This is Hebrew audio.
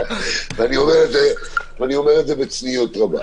ואני אומר את זה בצניעות רבה.